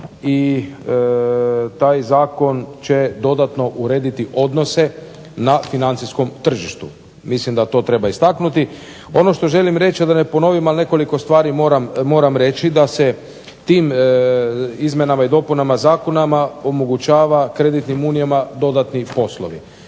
i taj zakon će dodatno urediti odnose na financijskom tržištu. Mislim da to treba istaknuti. Ono što želim reći a da ne ponovim a nekoliko stvari moram reći da se tim izmjenama i dopunama Zakona kreditnim unijama omogućava dodatni poslovi.